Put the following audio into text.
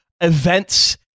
events